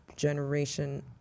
generation